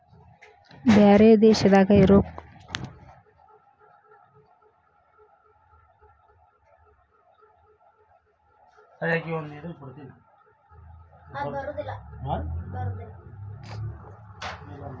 ಬ್ಯಾರೆ ದೇಶದಾಗ ಇರೋ ಖಾತಾಕ್ಕ ನನ್ನ ಖಾತಾದಿಂದ ರೊಕ್ಕ ಹೆಂಗ್ ಕಳಸೋದು?